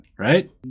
Right